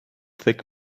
thick